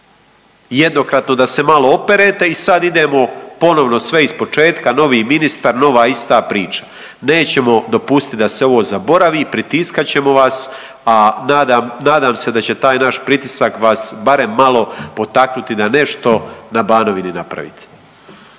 jednokratno da se malo operete i sad idemo ponovno sve iz početka, novi ministar, nova ista priča. Nećemo dopustit da se ovo zaboravi, pritiskat ćemo vas, a nadam se da će taj naš pritisak vas barem malo potaknuti da nešto na Banovini napravite.